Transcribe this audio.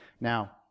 Now